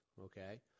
okay